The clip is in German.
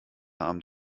abend